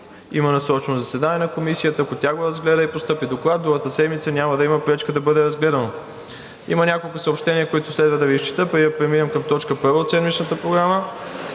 има насрочено заседание на Комисията, ако тя го разгледа и постъпи доклад, другата седмица няма да има пречка да бъде разгледано. Има няколко съобщения, които следва да Ви изчета, преди да преминем към точка първа от седмичната Програма.